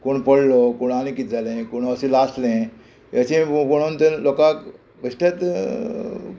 कोण पडलो कोण आनी कित जालें कोण अशें लासलें अशें पळोवन ते लोकाक बेश्टेच